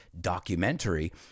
documentary